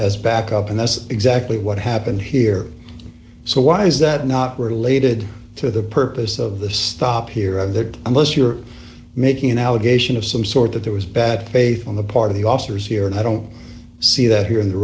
as backup and that's exactly what happened here so why is that not related to the purpose of the stop here and there unless you're making an allegation of some sort that there was bad faith on the part of the officers here and i don't see that here in the